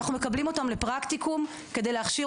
ואנחנו מקבלים אותם לפרקטיקום כדי להכשיר